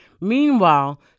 Meanwhile